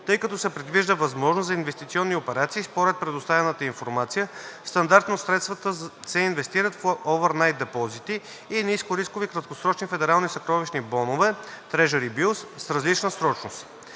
Тъй като се предвижда възможност за инвестиционни операции, според предоставената информация стандартно средствата се инвестират в овърнайт депозити и нискорискови краткосрочни федерални съкровищни бонове – treasury bills, с различна срочност.